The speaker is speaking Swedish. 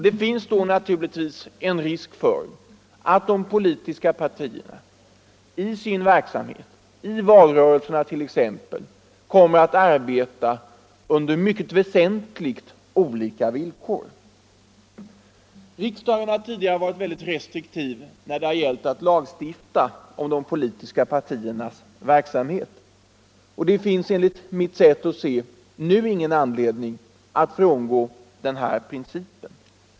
Det finns då naturligtvis en risk för att de politiska partierna i sin verksamhet, t.ex. i valrörelsen, tvingas arbeta under väsentligt olika villkor. Riksdagen har tidigare varit mycket restriktiv när det gällt att lagstifta om de politiska partiernas verksamhet. Det finns enligt mitt sätt att se ingen anledning att nu frångå denna princip.